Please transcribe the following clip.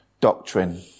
doctrine